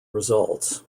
results